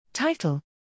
Title